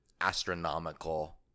astronomical